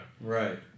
Right